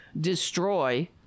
destroy